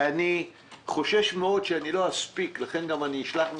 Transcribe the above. ואני חושש מאוד שלא אספיק ולכן אני גם אשלח מכתבים.